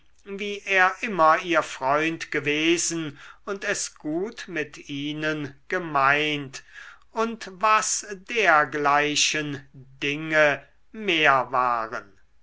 wie er immer ihr freund gewesen und es gut mit ihnen gemeint und was dergleichen dinge mehr waren